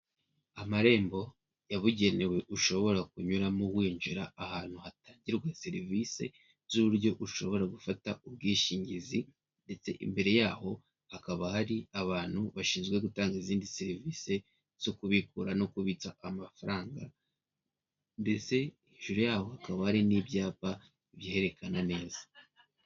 Amarembo yabugenewe ushobora kunyuramo winjira ahantu hatangirwa serivise z'uburyo ushobora gufata ubwishingizi ndetse imbere yaho hakaba hari abantu bashinzwe gutanga izindi serivise zo kubikura no kubitsa amafaranga ndetse hejuru yaho hakaba hari n'ibyapa biherekana neza.